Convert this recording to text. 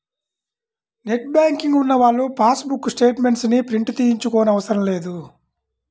net banking ఉన్నవాళ్ళు passbook statements ని print తీయించుకోనవసరం లేదు